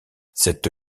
cette